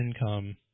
income